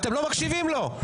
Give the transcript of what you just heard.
אתם לא מקשיבים לו.